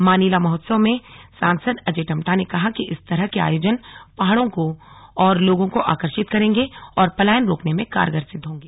मानिला महोत्सव में सासंद अजय टम्टा ने कहा कि इस तरह के आयोजन पहाड़ों की ओर लोगो को आकर्षित करेंगे और पलायन रोकने में कारगर सिद्ध होंगे